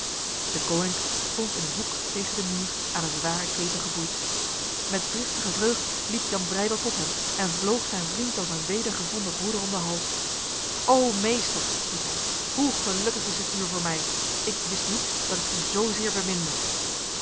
deconinck stond in een hoek tegen de muur aan een zware keten geboeid met driftige vreugd liep jan breydel tot hem en vloog zijn vriend als een wedergevonden broeder om de hals o meester riep hij hoe gelukkig is dit uur voor mij ik wist niet dat ik u zozeer beminde